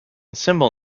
symbol